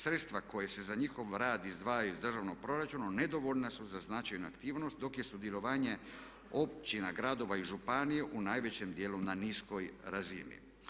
Sredstva koja se za njihov rad izdvajaju iz državnog proračuna nedovoljna su za značajne aktivnosti dok je sudjelovanje općina, gradova i županija u najvećem dijelu na niskoj razini.